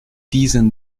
diesen